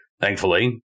thankfully